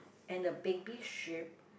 and the baby sheep